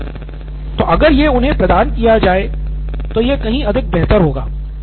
professor तो अगर यह उन्हें प्रदान किया जाये तो यह कहीं अधिक बेहतर होगा